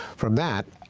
from that,